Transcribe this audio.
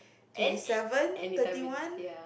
twenty seven thirty one